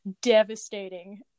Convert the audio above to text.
devastating